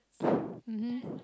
mmhmm